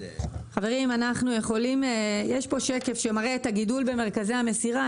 חברים, יש כאן שקף שמראה את הגידול במרכזי המסירה.